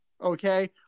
Okay